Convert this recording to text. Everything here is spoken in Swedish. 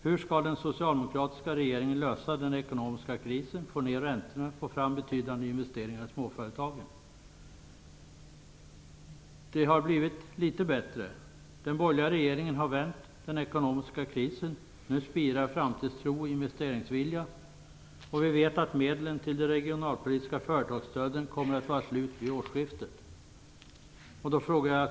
Hur skall den socialdemokratiska regeringen lösa den ekonomiska krisen, få ner räntorna och få fram betydande investeringar i småföretagen? Det har blivit litet bättre. Den borgerliga regeringen har vänt den ekonomiska krisen. Nu spirar framtidstro och investeringsvilja. Men vi vet att medlen till de regionalpolitiska företagsstöden kommer att vara slut vid årsskiftet.